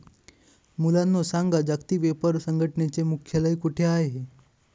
मुलांनो सांगा, जागतिक व्यापार संघटनेचे मुख्यालय कोठे आहे